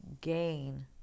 gain